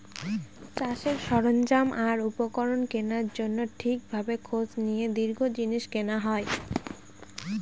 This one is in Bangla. চাষের সরঞ্জাম আর উপকরণ কেনার জন্য ঠিক ভাবে খোঁজ নিয়ে দৃঢ় জিনিস কেনা হয়